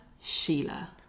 Sheila